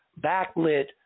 backlit